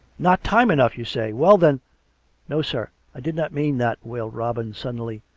not time enough, you say? well, then no, sir i did not mean that, wailed robin suddenly.